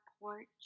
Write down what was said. porch